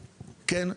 כן,